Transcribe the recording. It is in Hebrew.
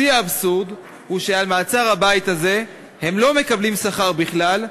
שיא האבסורד הוא שעל מעצר-הבית הזה הם לא מקבלים שכר בכלל,